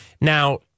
Now